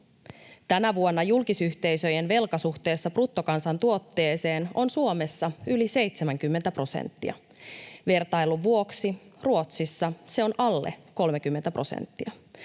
Tänä vuonna julkisyhteisöjen velka suhteessa bruttokansantuotteeseen on Suomessa yli 70 prosenttia. Vertailun vuoksi: Ruotsissa se on alle 30 prosenttia.